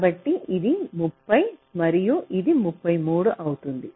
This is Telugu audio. కాబట్టి ఇది 30 మరియు ఇది 33 అవుతుంది